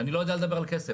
אני לא יודע לדבר על כסף,